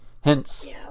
Hence